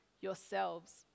yourselves